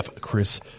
Chris